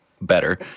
better